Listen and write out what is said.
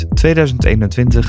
2021